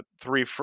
three